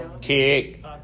kick